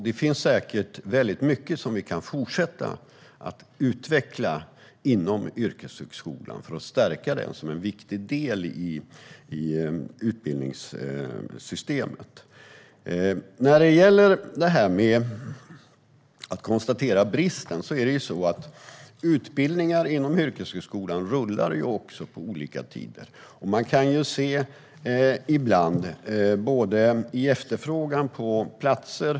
Det finns säkert mycket som vi kan fortsätta att utveckla inom yrkeshögskolan för att stärka den som en viktig del i utbildningssystemet. Vad gäller detta med att konstatera brist är det så att utbildningar inom yrkeshögskolan rullar på olika tider. Man kan i efterfrågan på platser se var någonstans det finns brist på sökande i kombination med ett stort behov av arbetskraft. Då öppnas det en möjlighet att inom yrkeshögskolans ram erbjuda förutbildning för sådana områden. Även Myndigheten för yrkeshögskolan gör analyser, prognoser och bedömningar av hur utbildningsbehovet ser ut.